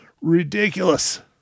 ridiculous